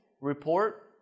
report